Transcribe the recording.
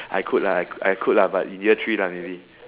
I could lah I I could lah but in year three lah maybe